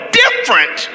different